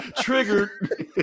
Triggered